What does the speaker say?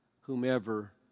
whomever